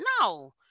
no